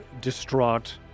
distraught